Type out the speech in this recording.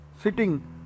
sitting